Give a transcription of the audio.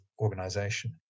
organization